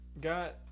got